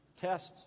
Tests